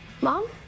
Mom